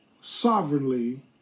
sovereignly